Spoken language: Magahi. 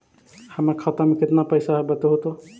हमर खाता में केतना पैसा है बतहू तो?